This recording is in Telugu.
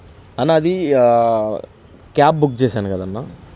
అన్నా అది క్యాబ్ బుక్ చేసాను కదన్నా